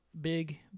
big